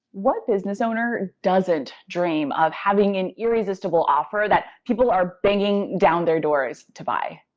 what business owner doesn't dream of having an irresistible offer that people are banging down their doors to buy?